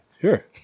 sure